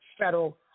federal